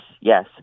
Yes